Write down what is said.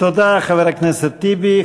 תודה לחבר הכנסת טיבי.